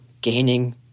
gaining